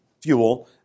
fuel